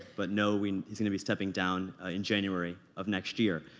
but knowing he's gonna be stepping down in january of next year,